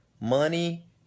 money